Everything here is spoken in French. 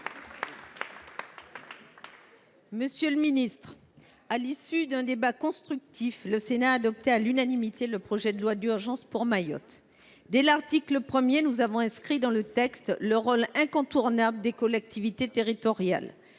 Monsieur le ministre, à l’issue d’un débat constructif, le Sénat a adopté à l’unanimité le projet de loi d’urgence pour Mayotte. Dès l’article 1, nous avons inscrit dans le texte le rôle incontournable des collectivités territoriales